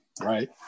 right